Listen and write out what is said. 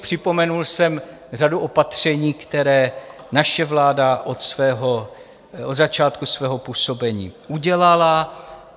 Připomenul jsem řadu opatření, která naše vláda na začátku svého působení udělala.